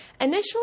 Initially